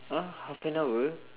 !huh! half an hour